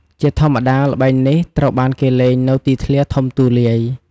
ជាធម្មតា ល្បែងនេះត្រូវបានគេលេងនៅទីធ្លាធំទូលាយ។